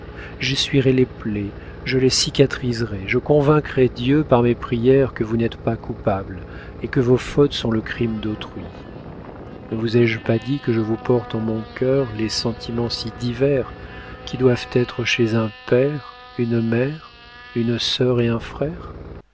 j'essuierais les plaies je les cicatriserais je convaincrais dieu par mes prières que vous n'êtes pas coupable et que vos fautes sont le crime d'autrui ne vous ai-je pas dit que je vous porte en mon cœur les sentiments si divers qui doivent être chez un père une mère une sœur et un frère